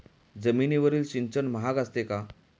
जमिनीवरील सिंचन महाग असते का?